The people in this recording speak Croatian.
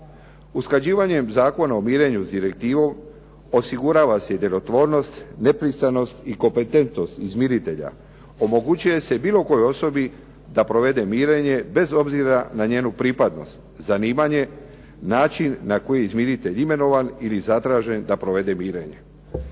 Usklađivanjem Zakona o mirenju s direktivom osigurava se djelotvornost, nepristranost i kompetentnost izmiritelja, omogućuje se bilo kojoj osobi da provede mirenje bez obzira na njenu pripadnost, zanimanje, način na koji je izmiritelj imenovan ili je zatražen da provede mirenje.